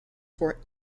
for